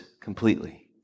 completely